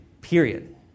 period